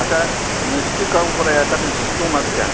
आच्चा नोंसोरनि गावबुराया दा नोंसोरजों दं ना गैया